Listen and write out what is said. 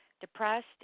depressed